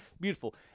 beautiful